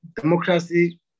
democracy